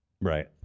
Right